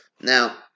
Now